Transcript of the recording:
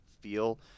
feel